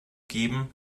geben